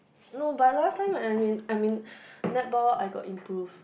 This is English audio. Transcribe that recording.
no but last time I'm in I'm in netball I got improve